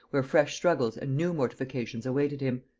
where fresh struggles and new mortifications awaited him.